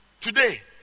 Today